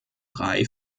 drei